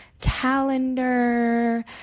calendar